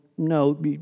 No